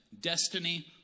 Destiny